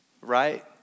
right